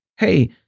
Hey